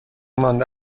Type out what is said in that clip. مانده